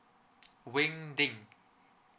wing ting